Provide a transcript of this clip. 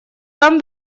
там